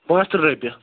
پانٛژھ ترٕٛہ رۄپیہِ